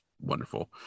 wonderful